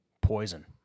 Poison